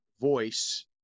voice